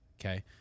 okay